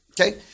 Okay